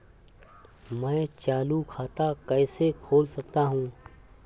मैं चालू खाता कैसे खोल सकता हूँ?